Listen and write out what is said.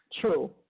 True